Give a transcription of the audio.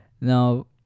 Now